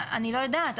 אני לא יודעת,